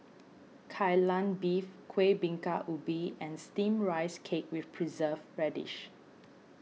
Kai Lan Beef Kueh Bingka Ubi and Steamed Rice Cake with Preserved Radish